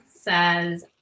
says